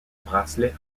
bracelets